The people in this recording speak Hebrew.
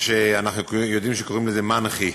מה שאנחנו יודעים שקוראים לזה מנח"י,